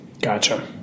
Gotcha